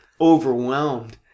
overwhelmed